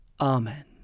Amen